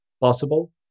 possible